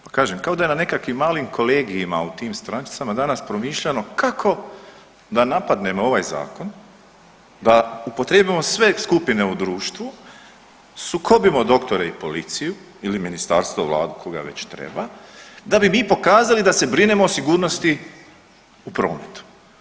Pa kažem kao da je na nekakvim malim kolegijima u tim strančicama danas promišljano kako da napadnemo ovaj zakon, da upotrijebimo sve skupine u društvu, sukobimo doktore i policiju ili ministarstvo, Vladu, koga već treba da bi mi pokazali da se brinemo o sigurnosti u prometu.